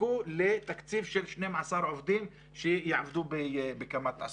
חיכו לתקציב של 12 עובדים שיעבדו בקמ"ט תעסוקה,